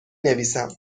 نویسم